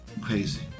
Crazy